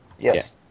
Yes